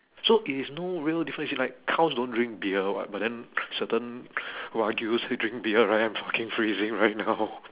so it is no real difference it's like cows don't drink beer [what] but then certain wagyus they drink beer right I'm fucking freezing right now